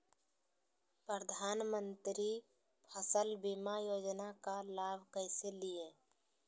प्रधानमंत्री फसल बीमा योजना का लाभ कैसे लिये?